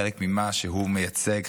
חלק ממה שהוא מייצג,